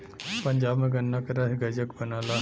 पंजाब में गन्ना के रस गजक बनला